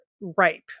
ripe